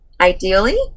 ideally